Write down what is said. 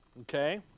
okay